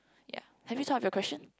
ya have you thought of your question